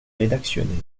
rédactionnel